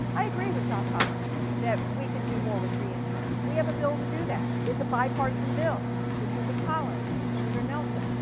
i agree with josh hawley we can do more with reinsurance. we have a bill to do that. it's a bipartisan bill with susan collins and senator nelson.